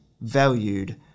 valued